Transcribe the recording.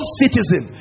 citizen